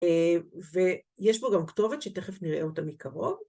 ויש בו גם כתובת שתכף נראה אותה מקרוב.